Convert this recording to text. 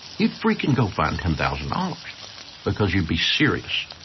you'd freaking go find ten thousand dollars because you'd be serious.